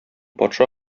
патша